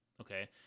okay